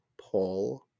Paul